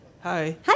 Hi